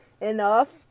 enough